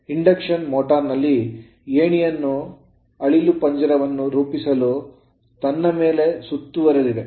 induction motor ನಲ್ಲಿ ಏಣಿಯನ್ನು ಅಳಿಲು ಪಂಜರವನ್ನು ರೂಪಿಸಲು ತನ್ನ ಮೇಲೆ ಸುತ್ತುವರೆದಿದೆ